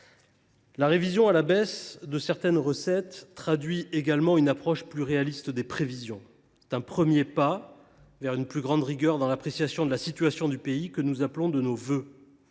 La révision à la baisse de certaines recettes traduit également une approche plus réaliste des prévisions. C’est un premier pas vers une plus grande rigueur dans l’appréciation de la situation du pays que nous appelons de nos vœux.